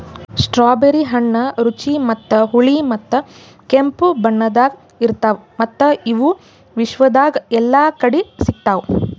strawberry ಹಣ್ಣ ರುಚಿ ಮತ್ತ ಹುಳಿ ಮತ್ತ ಕೆಂಪು ಬಣ್ಣದಾಗ್ ಇರ್ತಾವ್ ಮತ್ತ ಇವು ವಿಶ್ವದಾಗ್ ಎಲ್ಲಾ ಕಡಿ ಸಿಗ್ತಾವ್